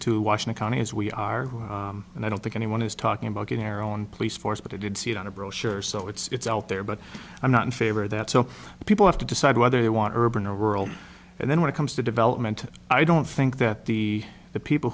to washingtonians we are and i don't think anyone is talking about getting our own police force but i did see it on a brochure so it's out there but i'm not in favor of that so people have to decide whether they want to urban or rural and then when it comes to development i don't think that the the people